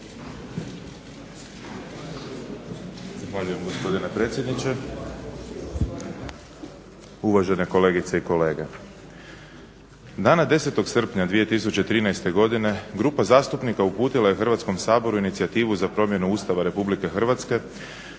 Zahvaljujem gospodine predsjedniče. Uvažene kolegice i kolege. Dana 10.srpnja 2013.godine grupa zastupnika uputila je Hrvatskom saboru inicijativu za promjenu Ustava RH u dijelu koji se